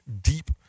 deep